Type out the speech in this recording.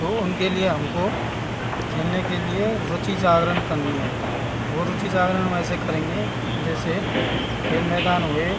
वो उनके लिए हमको खेलने के लिए रुचि जागरण करनी है वो रुचि जागरण हम ऐसे करेंगे जैसे खेल मैदान हुए